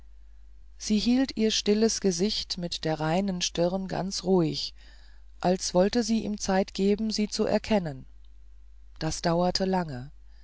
sie hielt ihr stilles gesicht mit der reinen stirn ganz ruhig als wollte sie ihm zeit geben sie zu erkennen das dauerte lange